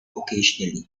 occasionally